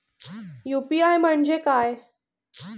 UPI म्हणजे काय?